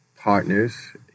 Partners